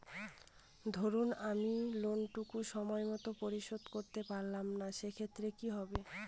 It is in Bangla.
ধরুন আমি লোন টুকু সময় মত পরিশোধ করতে পারলাম না সেক্ষেত্রে কি হবে?